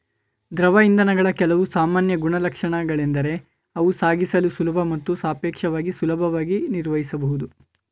ದ್ರವ ಇಂಧನಗಳ ಕೆಲವು ಸಾಮಾನ್ಯ ಗುಣಲಕ್ಷಣಗಳೆಂದರೆ ಅವು ಸಾಗಿಸಲು ಸುಲಭ ಮತ್ತು ಸಾಪೇಕ್ಷವಾಗಿ ಸುಲಭವಾಗಿ ನಿರ್ವಹಿಸಬಹುದು